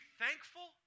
thankful